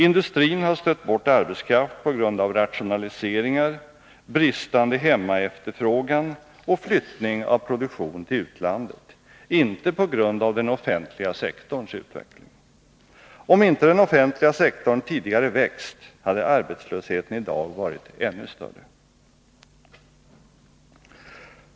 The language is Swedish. Industrin har stött bort arbetskraft på grund av rationaliseringar, bristande hemmaefterfrågan och flyttning av produktion till utlandet, inte på grund av den offentliga sektorns utveckling. Om inte den offentliga sektorn tidigare växt, hade arbetslösheten i dag varit ännu större.